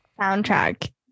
Soundtrack